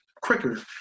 quicker